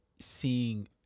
seeing